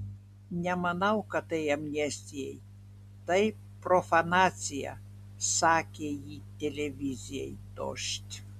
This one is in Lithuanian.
nemanau kad tai amnestijai tai profanacija sakė ji televizijai dožd